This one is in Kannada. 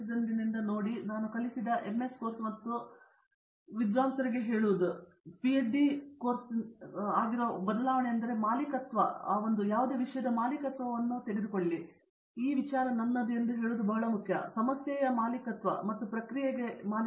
ಪ್ರೊಫೆಸರ್ ಉಷಾ ಮೋಹನ್ ಹೌದು ನಾನು ಹೊಸ ವಿದ್ವಾಂಸರೊಂದಿಗೆ ವ್ಯವಹರಿಸುವಾಗ ಮತ್ತು ಸಂವಹನ ನಡೆಸಿದಂದಿನಿಂದ ನೋಡಿ ನಾವು ಕಲಿಸಿದ ಎಮ್ಎಸ್ ಕೋರ್ಸ್ ಮತ್ತು ಪಂಡಿತರಿಗೆ ಹೇಳುವ ಪಿಎಚ್ಡಿ ಸಂಶೋಧನೆಯ ಕೋರ್ಸ್ಗೆ ಆಗಿರುವ ಬದಲಾವಣೆಯೆಂದರೆ ನಾವು ಮಾಲೀಕತ್ವವನ್ನು ಪ್ರಯತ್ನಿಸಿ ಮತ್ತು ಹೇಳುವದು ಬಹಳ ಮುಖ್ಯ ಸಮಸ್ಯೆಗೆ ಮಾಲೀಕತ್ವ ಮತ್ತು ಪ್ರಕ್ರಿಯೆಗೆ ಎಲ್ಲವೂ ಮಾಲೀಕತ್ವ